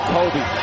Kobe